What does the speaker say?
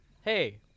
Hey